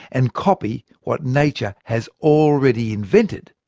and copy what nature has already invented,